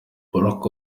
barack